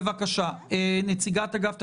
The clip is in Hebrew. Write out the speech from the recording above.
בבקשה, נציגת אגף התקציבים.